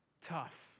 tough